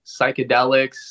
psychedelics